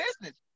business